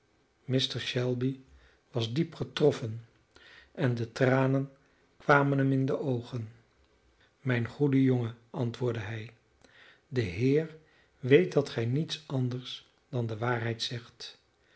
mr shelby was diep getroffen en de tranen kwamen hem in de oogen mijn goede jongen antwoordde hij de heer weet dat gij niets anders dan de waarheid zegt